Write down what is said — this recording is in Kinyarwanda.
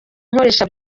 nkoresha